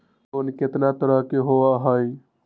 Loan केतना तरह के होअ हई?